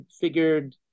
figured